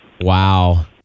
Wow